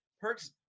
Perks